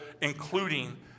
including